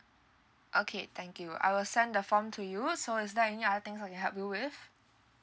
okay thank you I will send the form to you so is there any other things I can help you with